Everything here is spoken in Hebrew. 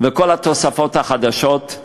וכל התוספות החדשות,